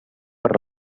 per